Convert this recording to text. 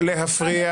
החוץ שלנו.